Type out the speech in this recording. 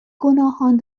گناهان